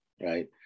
right